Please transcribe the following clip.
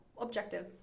objective